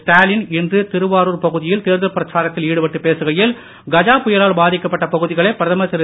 ஸ்டாலின் இன்று திருவார்ரூர் பகுதியில் தேர்தல் பிரச்சாரத்தில் ஈடுபட்டு பேசுகையில் கஜா புயலால் பாதிக்கப்பட்ட பகுதிகளை பிரதமர் திரு